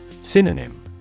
Synonym